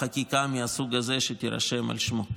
בחקיקה מהסוג הזה, שתירשם על שמו.